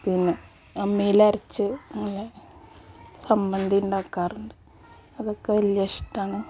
പിന്നെ അമ്മിയിലരച്ച് നല്ല ചമ്മന്തി ഉണ്ടാക്കാറുണ്ട് അതൊക്കെ വലിയ ഇഷ്ടമാണ്